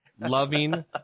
loving